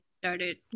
Started